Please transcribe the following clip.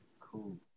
Cool